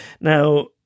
Now